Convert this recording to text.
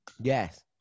Yes